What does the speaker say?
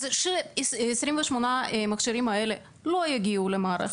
ש-28 המכשירים האלה לא יגיעו למערכת.